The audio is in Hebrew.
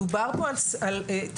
מדובר כאן על תקנות